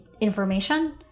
information